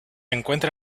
encuentra